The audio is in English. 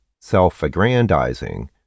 self-aggrandizing